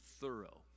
thorough